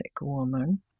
woman